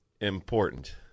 important